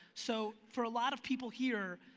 so for a lot of people here,